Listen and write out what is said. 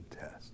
test